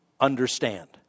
understand